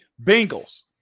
Bengals